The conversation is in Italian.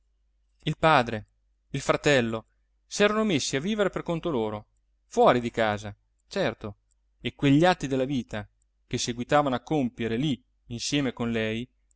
il padre il fratello s'erano messi a vivere per conto loro fuori di casa certo e quegli atti della vita che seguitavano a compiere lì insieme con lei